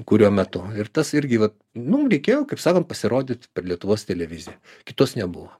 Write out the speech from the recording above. kurio metu ir tas irgi vat mum reikėjo kaip sakom pasirodyt per lietuvos televiziją kitos nebuvo